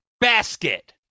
BASKET